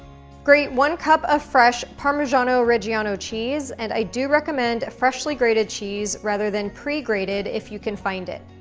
grate one cup of fresh parmigiano-reggiano cheese, and i do recommend freshly grated cheese rather than pre-grated if you can find it.